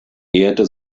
ehrte